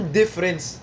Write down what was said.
difference